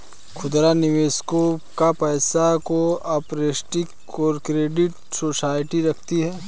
खुदरा निवेशकों का पैसा को ऑपरेटिव क्रेडिट सोसाइटी रखती है